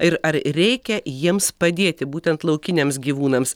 ir ar reikia jiems padėti būtent laukiniams gyvūnams